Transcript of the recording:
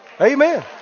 Amen